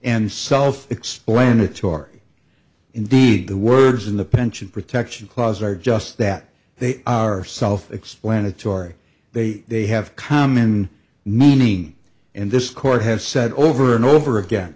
and self explanatory indeed the words in the pension protection clause are just that they are self explanatory they they have common nanine in this court have said over and over again